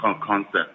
concept